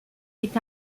est